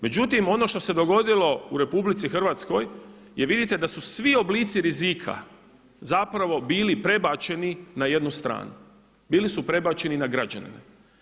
Međutim, ono što se dogodilo u Republici Hrvatskoj jer vidite da su svi oblici rizika zapravo bili prebačeni na jednu stranu, bili su prebačeni na građanine.